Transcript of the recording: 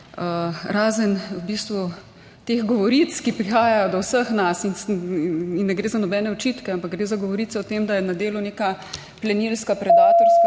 Razen v bistvu teh govoric, ki prihajajo do vseh nas in ne gre za nobene očitke, ampak gre za govorice o tem, da je na delu neka plenilska, predatorska